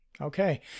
Okay